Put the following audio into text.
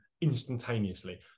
instantaneously